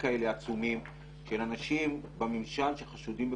עצומים כאלה של אנשים בממשל שחשודים בפלילים.